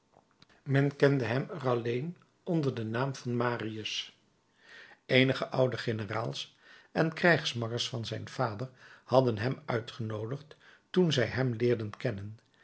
men kende hem er alleen onder den naam van marius eenige oude generaals en krijgsmakkers van zijn vader hadden hem uitgenoodigd toen zij hem leerden kennen